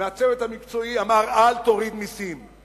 הצוות המקצועי אמר: אל תוריד מסים.